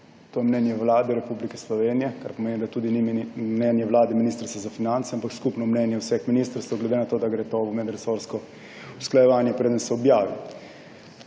to je mnenje Vlade Republike Slovenije, kar pomeni, da mnenje Vlade ni mnenje Ministrstva za finance, ampak skupno mnenje vseh ministrstev, glede na to da gre to v medresorsko usklajevanje, preden se objavi.